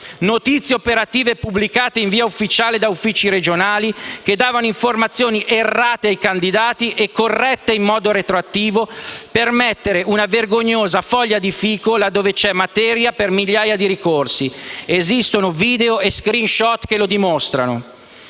Notizie operative pubblicate in via ufficiale da uffici regionali che davano informazioni errate ai candidati e corrette in modo retroattivo per mettere una vergognosa foglia di fico là dove c'è materia per migliaia di ricorsi (esistono video e *screenshot* che lo dimostrano).